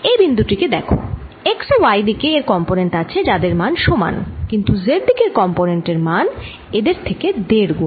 এই বিন্দুটি কে দেখ x ও y দিকে এর কম্পোনেন্ট আছে যাদের মান সমান কিন্তু z দিকের কম্পোনেন্ট এর মান এদের থেকে দেড় গুণ